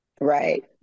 right